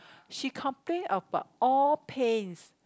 she complained about all paints